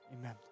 Amen